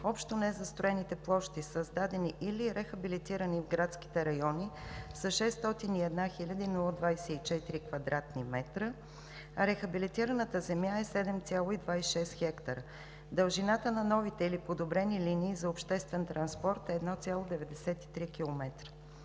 общите незастроени площи, създадени или рехабилитирани в градските райони са 601 хил. 024 кв. м, а рехабилитираната земя е 7,26 хектара. Дължината на новите или подобрени линии за обществен транспорт е 1,93 км.